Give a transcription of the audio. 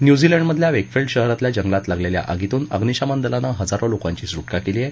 न्यूझीलंडमधल्या Wakefield शहरातल्या जंगलात लागलेल्या आगीतून अग्निश्मन दलानं हजारो लोकांची सुटका केली आहे